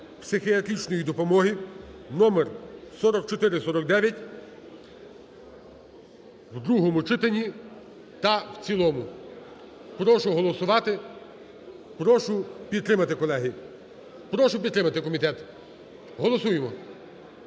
психіатричної допомоги, номер 4449, в другому читанні та в цілому. Прошу голосувати, прошу підтримати, колеги. Прошу підтримати комітет. Голосуємо,